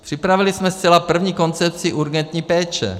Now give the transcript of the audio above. Připravili jsme zcela první koncepci urgentní péče.